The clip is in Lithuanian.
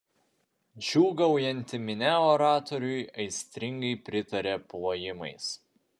džiūgaujanti minia oratoriui aistringai pritarė plojimais